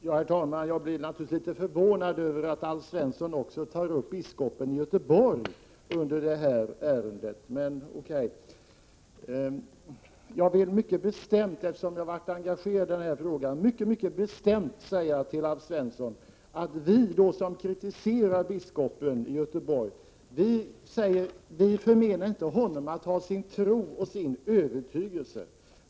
Herr talman! Jag blir naturligtvis litet förvånad över att Alf Svensson tog upp frågan om biskopen i Göteborg under det här ärendet, men okay. Eftersom jag har varit engagerad i den frågan vill jag mycket, mycket bestämt säga till Alf Svensson, att vi som kritiserar biskopen i Göteborg förmenar inte honom att ha sin tro och sin övertygelse.